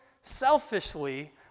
selfishly